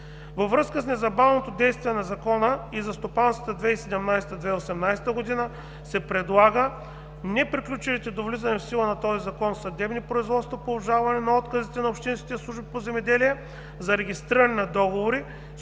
Във връзка с незабавното действие на Закона и за стопанската 2017/2018 г. се предлага неприключилите до влизане в сила на този Закон съдебни производства по обжалване на отказите на общинските служби по земеделие за регистриране на договори,